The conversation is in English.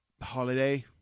holiday